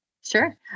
Sure